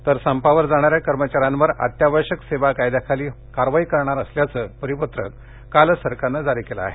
तर संपावर जाणाऱ्या कर्मचाऱ्यांवर अत्यावश्यक सेवा कायद्याखाली होणार कारवाई करण्याचं परिपत्रक कालच सरकारनं जारी केलं आहे